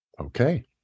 Okay